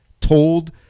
told